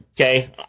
Okay